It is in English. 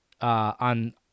on